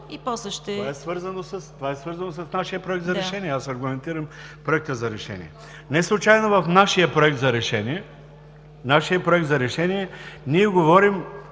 Това е свързано с нашия Проект за решение – аз аргументирам Проекта. Неслучайно в нашия Проект за решение говорим